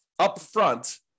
upfront